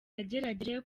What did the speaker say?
yagerageje